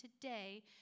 today